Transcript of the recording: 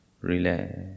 relax